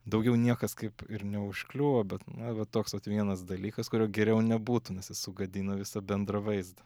daugiau niekas kaip ir neužkliuvo bet na va toks vienas dalykas kurio geriau nebūtų nes jis sugadina visą bendrą vaizdą